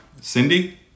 Cindy